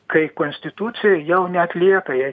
kai konstitucijoj jau neatlieka jie